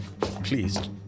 Please